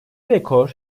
rekor